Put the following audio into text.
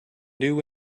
new